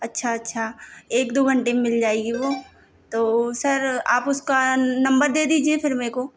अच्छा अच्छा एक दो घंटे में मिल जाएगी वह तो सर आप उसका नंबर दे दीजिए फिर मे को